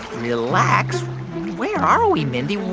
relax? where are we, mindy?